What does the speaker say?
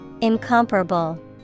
incomparable